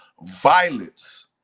violence